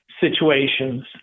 situations